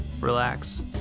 relax